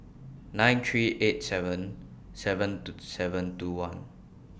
nine three eight seven seven two seven two one